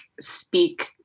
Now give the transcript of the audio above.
speak